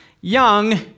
young